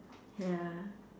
ya